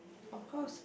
of course